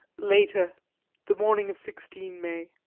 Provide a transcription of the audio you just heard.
later the morning of sixteen may.